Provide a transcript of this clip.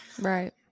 Right